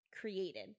created